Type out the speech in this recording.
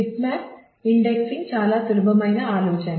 bitmap indexing చాలా సులభమైన ఆలోచన